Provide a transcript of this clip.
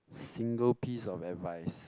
single piece of advice